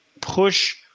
push